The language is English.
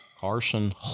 Carson